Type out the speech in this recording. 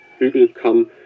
Hügelkamm